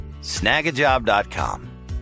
Snagajob.com